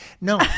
No